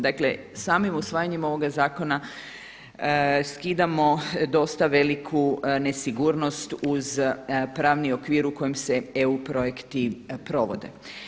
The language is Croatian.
Dakle samim usvajanjem ovoga zakona skidamo dosta veliku nesigurnost uz pravni okvir u kojem se EU projekti provode.